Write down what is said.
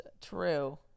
True